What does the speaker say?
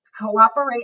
cooperate